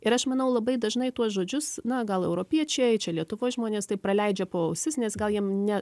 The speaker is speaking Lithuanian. ir aš manau labai dažnai tuos žodžius na gal europiečiai čia lietuvoj žmonės tai praleidžia pro ausis nes gal jiem ne